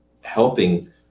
helping